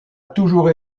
toujours